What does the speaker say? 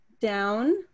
down